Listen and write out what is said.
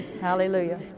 Hallelujah